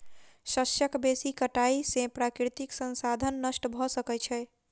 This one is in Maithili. शस्यक बेसी कटाई से प्राकृतिक संसाधन नष्ट भ सकै छै